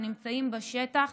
שנמצאים בשטח,